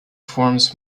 forms